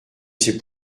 c’est